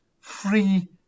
free